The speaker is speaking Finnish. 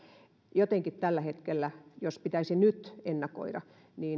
jotenkin tällä hetkellä jos pitäisi nyt ennakoida